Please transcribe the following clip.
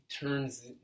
turns